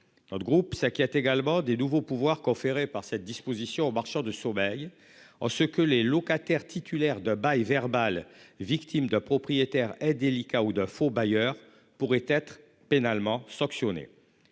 Notre groupe ça qui a également des nouveaux pouvoirs conférés par cette disposition, aux marchands de sommeil en ce que les locataires titulaires de bail verbal victimes de propriétaires est délicat ou d'un faux bailleur pourraient être pénalement sanctionné.